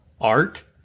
art